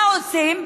אבל מה עושים,